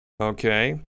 okay